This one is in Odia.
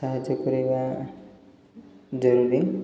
ସାହାଯ୍ୟ କରିବା ଜରୁରୀ